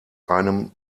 einem